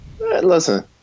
Listen